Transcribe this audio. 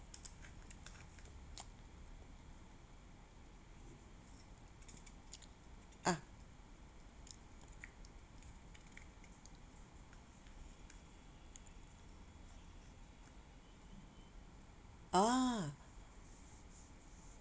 ah ah